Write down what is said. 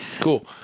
Cool